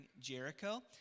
Jericho